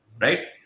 Right